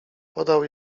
podał